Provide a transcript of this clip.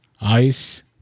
ice